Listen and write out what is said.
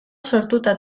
sortuta